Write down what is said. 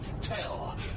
tell